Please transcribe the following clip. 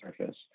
surface